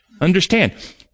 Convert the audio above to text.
Understand